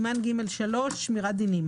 14מוסימן ג'3 שמירת דינים